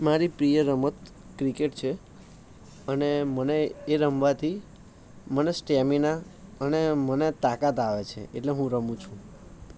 મારી પ્રિય રમત ક્રિકેટ છે અને મને એ રમવાથી મને સ્ટેમિના અને મને તાકાત આવે છે એટલે હું રમું છું